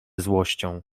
złością